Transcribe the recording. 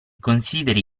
consideri